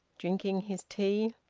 drinking his tea.